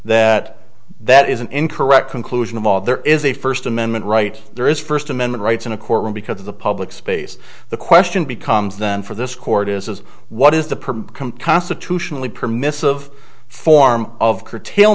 that that is an incorrect conclusion of all there is a first amendment right there is first amendment rights in a courtroom because of the public space the question becomes then for this court is is what is the constitutionally permissive form of curtail